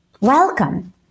welcome